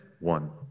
One